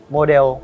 Model